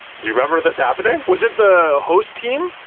do you remember this happening? was it the host team?